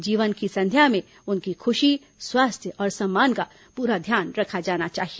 जीवन की संध्या में उनकी खुशी स्वास्थ्य और सम्मान का पूरा ध्यान रखा जाना चाहिए